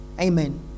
Amen